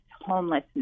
homelessness